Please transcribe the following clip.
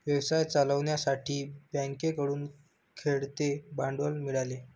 व्यवसाय चालवण्यासाठी बँकेकडून खेळते भांडवल मिळाले